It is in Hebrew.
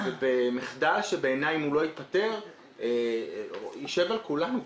ובמחדל שבעיני אם הוא לא ייפתר זה יישב על כולנו.